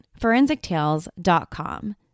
ForensicTales.com